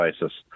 basis